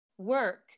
work